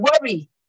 worry